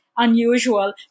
unusual